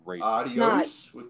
Adios